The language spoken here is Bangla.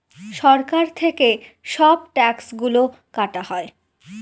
সরকার থেকে সব ট্যাক্স গুলো কাটা হয়